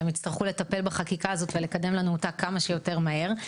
והם יצטרכו לטפל בחקיקה הזאת ולקדם לנו אותה כמה שיותר מהר.